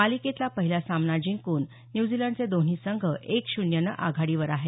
मालिकेतला पहिला सामना जिंकून न्यूझीलंडचे दोन्ही संघ एक शून्यनं आघाडीवर आहेत